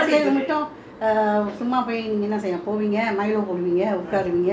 so your work how you retired do nothing already how your Nestle Nestle மட்டும்:mattum